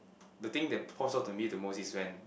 the thing that pops out to me the most is when